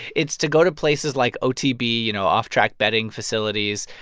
it's to go to places like otb you know, off-track betting facilities.